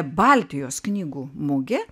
baltijos knygų mugė